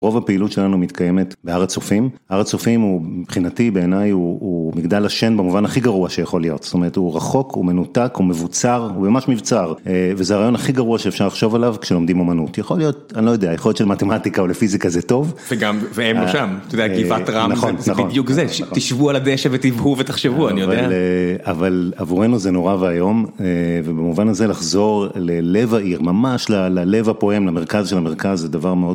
רוב הפעילות שלנו מתקיימת בהר הצופים, הר הצופים הוא מבחינתי בעיניי הוא מגדל השן במובן הכי גרוע שיכול להיות, זאת אומרת הוא רחוק, הוא מנותק, הוא מבוצר, הוא ממש מבצר, וזה הרעיון הכי גרוע שאפשר לחשוב עליו כשלומדים אמנות, יכול להיות, אני לא יודע, יכול להיות שמתמטיקה או פיזיקה זה טוב. וגם, הם שם, אתה יודע, גבעת רם, זה בדיוק זה, תישבו על הדשא ותבהו ותחשבו אני יודע. אבל עבורנו זה נורא ואיום, ובמובן הזה לחזור ללב העיר, ממש ללב הפועם, למרכז של המרכז, זה דבר מאוד.